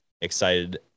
excited